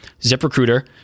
ZipRecruiter